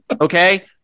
Okay